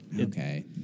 okay